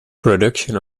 production